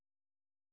okay అండి